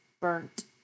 burnt